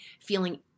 feeling